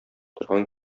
торган